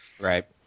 right